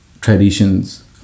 traditions